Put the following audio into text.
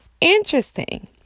interesting